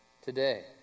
Today